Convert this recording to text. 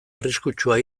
arriskutsua